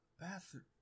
Bathroom